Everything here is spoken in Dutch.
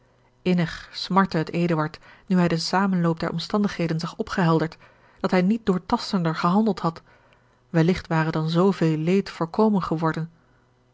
innig smartte het eduard nu hij den zamenloop der omstandigheden zag opgehelgeorge een ongeluksvogel derd dat hij niet doortastender gehandeld had welligt ware dan zooveel leed voorkomen geworden